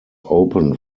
open